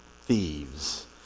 thieves